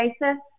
basis